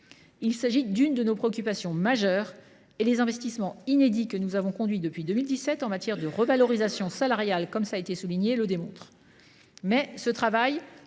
Il s’agit de l’une de nos préoccupations majeures et les investissements inédits que nous avons engagés depuis 2017 en matière de revalorisation salariale le démontrent.